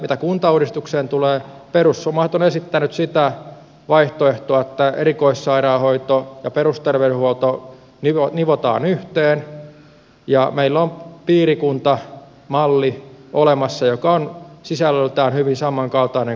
mitä kuntauudistukseen tulee perussuomalaiset ovat esittäneet sitä vaihtoehtoa että erikoissairaanhoito ja perusterveydenhuolto nivotaan yhteen ja meillä on piirikuntamalli olemassa joka on sisällöltään hyvin samankaltainen kuin keskustalla